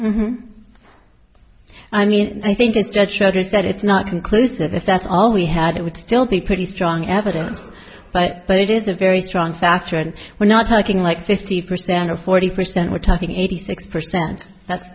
yes i mean i think instead shock is that it's not conclusive if that's all we had it would still be pretty strong evidence but but it is a very strong factor and we're not talking like fifty percent to forty percent we're talking eighty six percent that's